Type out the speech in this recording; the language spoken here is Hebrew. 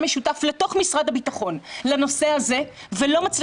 משותף לתוך משרד הביטחון לנושא של ההתמכרויות,